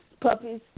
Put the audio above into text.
puppies